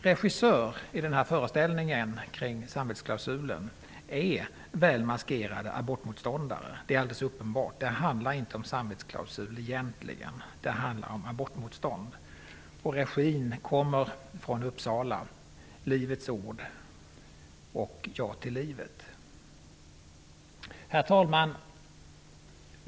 Regissör av den här föreställningen kring samvetsklausulen är, väl maskerade, abortmotståndare. Det är alldeles uppenbart att det egentligen inte handlar om en samvetsklausul, det handlar om abortmotstånd. Regin kommer från Herr talman!